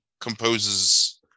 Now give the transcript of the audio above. composes